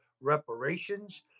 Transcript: reparations